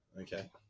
okay